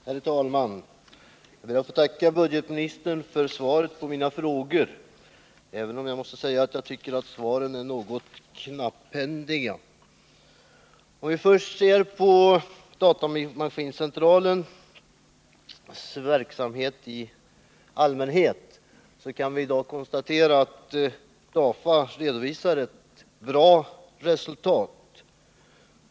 Herr talman! Jag ber att få tacka budgetministern för svaren på mina frågor, även om jag måste säga att svaren är något knapphändiga. Om vi först ser på datamaskincentralens verksamhet i allmänhet kan vi i dag konstatera att DAFA redovisar ett bra resultat.